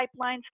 pipelines